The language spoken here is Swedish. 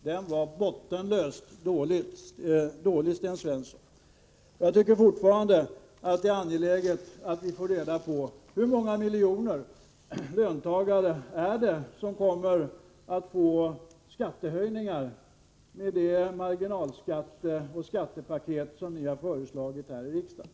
Den var bottenlöst dålig, Sten Svensson. Det är fortfarande angeläget att vi får reda på hur många miljoner löntagare som kommer att drabbas av skattehöjningar till följd av de marginalskattesänkningar och det skattepaket som ni har föreslagit här i riksdagen.